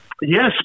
Yes